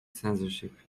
censorship